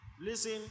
Listen